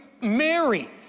Mary